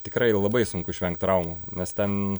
tikrai labai sunku išvengt traumų nes ten